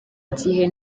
gihe